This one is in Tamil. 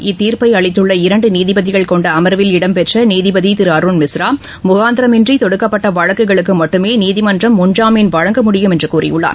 இத்தீர்ப்பை அளித்துள்ள இரண்டு நீதிபதிகள் கொண்ட அமர்வில் இடம்பெற்ற நீதிபதி திரு அருண் மிஸ்ரா முகாந்திரமின்றி தொடுக்கப்பட்ட வழக்குகளுக்கு மட்டுமே நீதிமன்றம் முன்ஜாமீன் வழங்க முடியும் என்று கூறியுள்ளார்